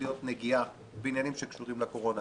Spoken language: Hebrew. להיות נגיעה בעניינים שקשורים לקורונה,